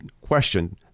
question